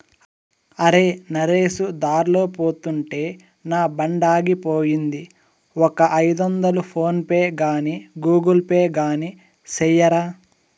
అరే, నరేసు దార్లో పోతుంటే నా బండాగిపోయింది, ఒక ఐదొందలు ఫోన్ పే గాని గూగుల్ పే గాని సెయ్యరా